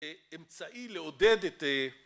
אמצעי לעודד את